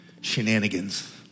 shenanigans